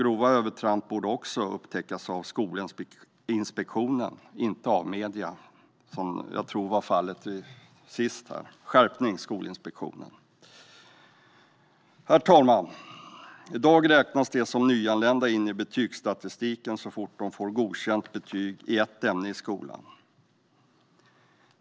Grova övertramp borde också upptäckas av Skolinspektionen - inte av medierna, som jag tror var fallet sist. Skärpning, Skolinspektionen! Herr talman! I dag räknas de som är nyanlända in i betygsstatistiken så fort de får ett godkänt betyg i ett ämne i skolan.